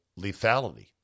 lethality